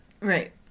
Right